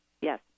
Yes